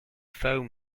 foam